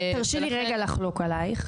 לכן --- תרשי לי לחלוק עלייך.